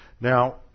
Now